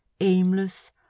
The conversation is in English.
aimless